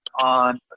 on